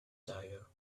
tire